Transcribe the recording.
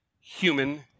human